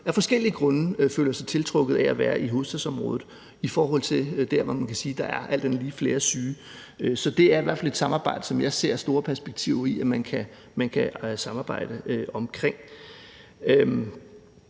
af forskellige grunde føler sig tiltrukket af at være i hovedstadsområdet i stedet for at være dér, hvor der, kan man sige, alt andet lige er flere syge. Så det er i hvert fald noget, som jeg ser store perspektiver i at man kan samarbejde omkring.